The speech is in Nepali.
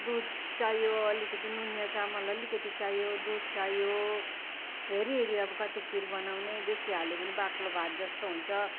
दुध चाहियो अलिकति नुनिया चामल अलिकति चाहियो दुध चाहियो हेरी हेरी अब कति खीर बनाउने बेसी हाल्यो भने बाक्लो भात जस्तो हुन्छ